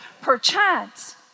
perchance